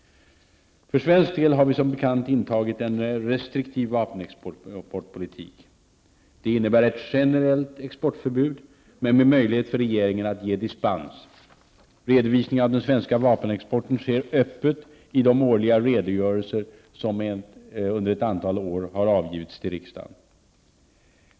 För svensk del har vi som bekant intagit en restriktiv vapenexportpolitik. Den innebär ett generellt exportförbud men med möjlighet för regeringen att ge dispens. Redovisning av den svenska vapenexporten sker öppet i de årliga redogörelser, som sedan ett antal år ges till riksdagen.